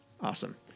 Awesome